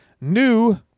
New